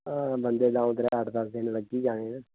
बन्दे लाओ ते अट्ठ दस दिन लग्गी जाने न